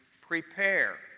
prepare